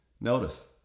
Notice